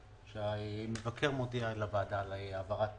שהמבקר מודיע לוועדה על העברת